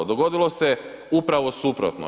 Dogodilo se upravo suprotno.